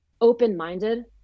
open-minded